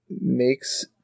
makes